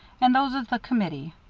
and those of the committee.